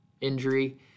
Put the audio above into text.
injury